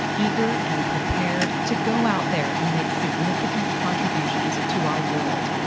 eager and prepared to go out there and make significant contributions to our world.